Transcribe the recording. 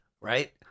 right